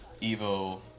EVO